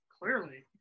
Clearly